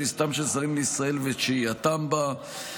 כניסתם של זרים לישראל ואת שהייתם בה.